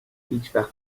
هیچوقت